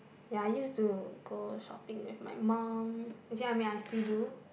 ya I used to go shopping with my mum actually I mean I still do